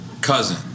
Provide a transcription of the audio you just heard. cousin